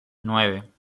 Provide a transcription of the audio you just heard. nueve